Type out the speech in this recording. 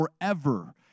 forever